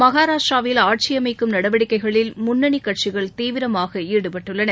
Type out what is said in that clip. மகராஷ்டிராவில் ஆட்சியமைக்கும் நடவடிக்கைகளில் முன்னனி கட்சிகள் தீவிரமாக ஈடுபட்டுள்ளன